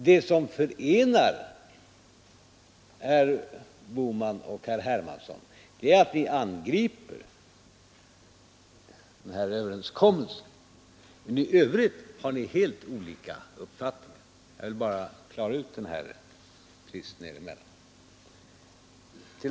Det som förenar herr Bohman och herr Hermansson är att ni angriper överenskommelsen. I övrigt har ni helt olika uppfattningar. Jag vill bara klara ut den tvisten er emellan.